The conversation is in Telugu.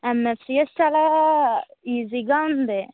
ఎమ్ఎస్సిఎస్ చాలా ఈజీగా ఉంది